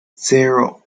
zero